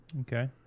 Okay